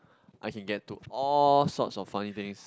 I can get to all sorts of funny things